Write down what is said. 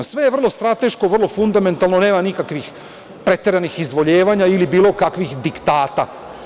Sve je to vrlo strateško, vrlo fundamentalno, nema nikakvih preteranih izvoljevanja ili bilo kakvih diktata.